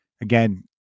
again